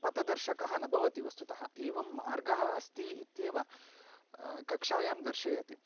पथदर्शकः न भवति वस्तुतः एवं मार्गः अस्ति इत्येव कक्ष्यायां दर्शयति